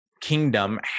kingdom